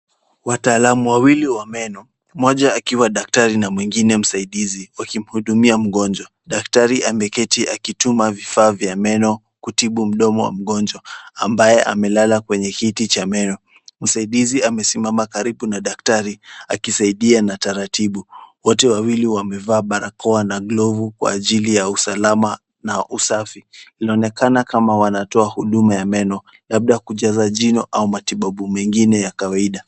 Wataalumu wawili wa meno, mmoja akiwa daktari na mwingine msaidizi, wakimhudumia mngojwa. Daktari ameketi akituma vifaa vya meno kutibu mdomo wa mngojwa ambaye amelala kwenye kiti cha meno. Msaidizi amesimama karibu na daktari akisaidia na taratibu. Wote wawili wamevaa barakoa na glovu kwa ajili ya usalama na usafi. Linaonekana kama anatoa huduma wa meno labda kujaza jino au matibu mengine ya kawaida.